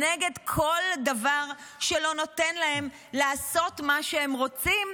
נגד כל דבר שלא נותן להם לעשות מה שהם רוצים,